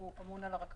שהוא אמון על הרכבות.